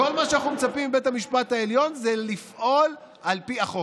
כל מה שאנחנו מצפים מבית המשפט העליון זה לפעול על פי החוק.